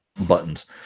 buttons